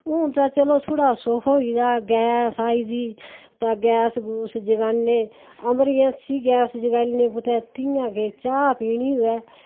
हून ते चलो थोह्ड़ा सुख होई दा ऐ गैस आई दी तां गैस गोस जगाने अमरजेंसी गैस जगाई लैन्ने कुतै जियां के चाह् पीनी होऐ